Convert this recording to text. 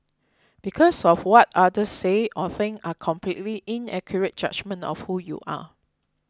because of what others say or think are completely inaccurate judgement of who you are